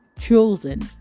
chosen